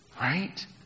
Right